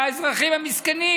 לאזרחים המסכנים